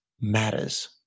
matters